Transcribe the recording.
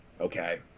okay